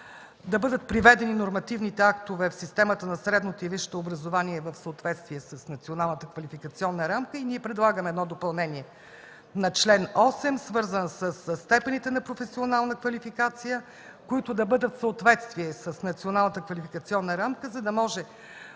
да бъдат приведени нормативните актове в системата на средното и висшето образование в съответствие с Националната квалификационна рамки. Ние предлагаме едно допълнение на чл. 8, свързан със степените на професионална квалификация, които да бъдат в съответствие с Националната квалификационна рамка, за да може